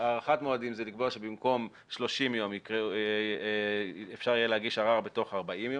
הארכת מועדים זה לקבוע שבמקום 30 יום אפשר יהיה להגיש ערר בתוך 40 יום,